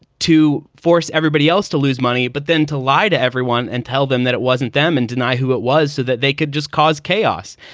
to force everybody else to lose money, but then to lie to everyone and tell them that it wasn't them and deny who it was so that they could just cause chaos.